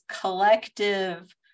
collective